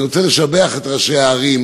אני רוצה לשבח את ראשי הערים,